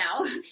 now